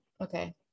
Okay